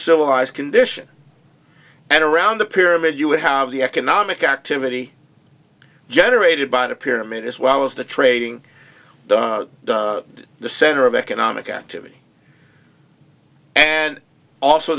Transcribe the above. civilized condition and around the pyramid you have the economic activity generated by the pyramid as well as the trading the center of economic activity and also